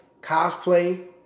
cosplay